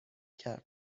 کرد